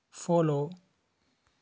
follow